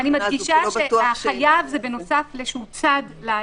--- אני מדגישה שה"חייב" זה בנוסף לאיזשהו צד להליך.